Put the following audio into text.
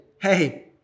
hey